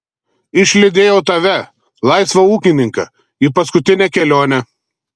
išlydėjau tave laisvą ūkininką į paskutinę kelionę